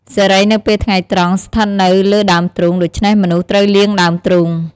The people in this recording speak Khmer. សិរីនៅពេលថ្ងៃត្រង់ស្ថិតនៅលើដើមទ្រូង ដូច្នេះមនុស្សត្រូវលាងដើមទ្រូង។